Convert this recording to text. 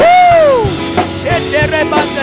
Woo